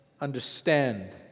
understand